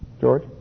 George